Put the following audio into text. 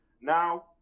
now